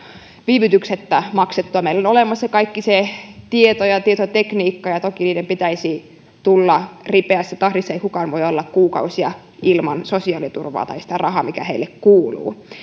viivytyksettä maksettua meillä on olemassa kaikki se tieto ja tietotekniikka ja toki niiden pitäisi tulla ripeässä tahdissa ei kukaan voi olla kuukausia ilman sosiaaliturvaa tai sitä rahaa mikä heille kuuluu